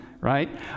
right